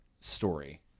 story